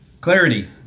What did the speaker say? Clarity